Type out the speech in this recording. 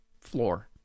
floor